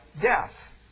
death